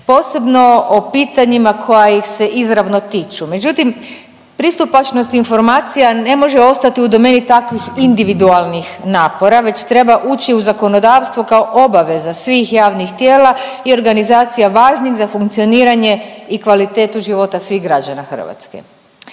posebno o pitanjima koja ih se izravno tiču. Međutim pristupačnost informacija ne može ostati u domeni takvih individualnih napora već treba ući u zakonodavstvo kao obaveza svih javnih tijela i organizacija važnih za funkcioniranje i kvalitetu života svih građana Hrvatske.